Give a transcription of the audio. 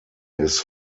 his